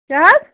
کیٛاہ حظ